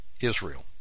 Israel